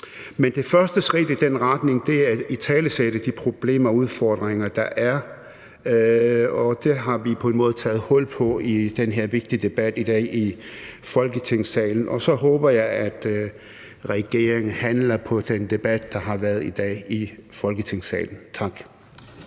Men det første skridt i den retning er at italesætte de problemer og udfordringer, der er, og det har vi på en måde taget hul på i den her vigtige debat i dag i Folketingssalen, og så håber jeg, at regeringen handler på den debat, der har været i dag i Folketingssalen. Tak.